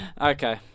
Okay